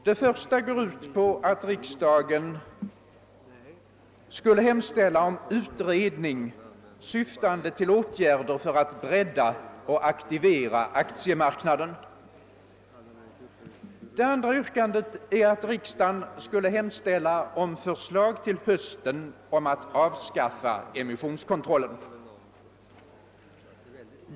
Det första går ut på att riksdagen skulle hemställa om utredning syftande till åtgärder för att bredda och aktivera aktiemarknaden. Det andra yrkandet är att riksdagen skulle hemställa om förslag till hösten om avskaffande av emissionskontrollen.